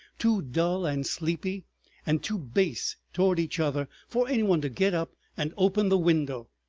too dull and sleepy and too base toward each other for any one to get up and open the window.